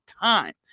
time